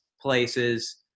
places